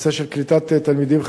נושא של קליטת תלמידים חדשים.